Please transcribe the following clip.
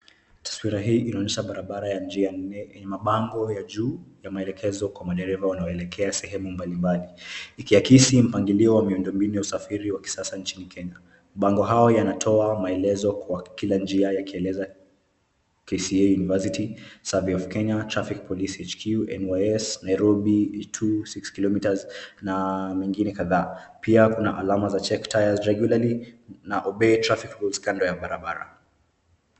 Taswira hii inaonyesha barabara ya njia nne yenye mabango ya juu ya maelekezo kwa madereva wanaoelekea sehemu mbalimbali, ikiakisi mpangilio wa miundo mbinu ya usafiri wa kisasa nchini Kenya. Mabango hayo yanatoa maelezo kwa kila njia yakieleza KCA University, Survey of Kenya, Traffic Police HQ, NYS, Nairobi, to six kilometres na mengine kadhaa. Pia kuna alama za check tires regularly na obey traffic rule kando ya barabara.